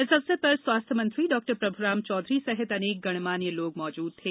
इस अवसर पर स्वास्थ्य मंत्री डॉ प्रभुराम चौधरी सहित अनेक गणमान्य लोग मौजूद थे